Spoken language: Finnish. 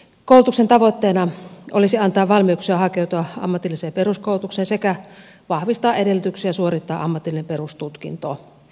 koulutuksen tavoitteena olisi antaa valmiuksia hakeutua ammatilliseen peruskoulutukseen sekä vahvistaa edellytyksiä suorittaa ammatillinen perustutkinto